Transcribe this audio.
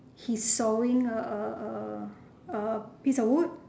he's sawing a a a a piece of wood